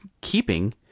keeping